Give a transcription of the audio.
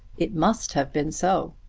it must have been so.